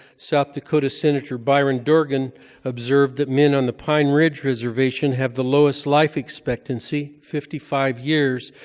south dakota senator byron dorgan observed that men on the pine ridge reservation have the lowest life expectancy, fifty five years,